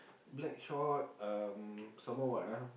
Blackshot um some more what ah